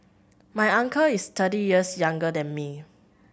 my uncle is thirty years younger than me